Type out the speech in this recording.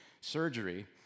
surgery